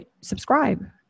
subscribe